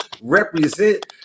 represent